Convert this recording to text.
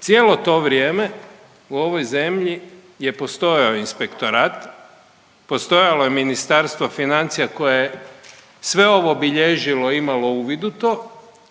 Cijelo to vrijeme u ovoj zemlji je postojao Inspektorat, postojalo je Ministarstvo financija koje je sve ovo bilježilo, imalo uvid u to